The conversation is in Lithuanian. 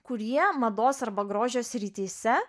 kurie mados arba grožio srityse